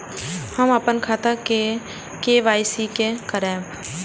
हम अपन खाता के के.वाई.सी के करायब?